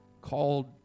Called